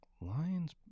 Lions